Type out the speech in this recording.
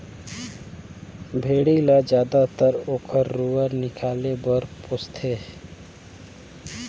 भेड़ी ल जायदतर ओकर रूआ निकाले बर पोस थें